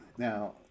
Now